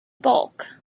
bulk